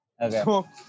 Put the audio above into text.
Okay